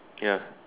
ya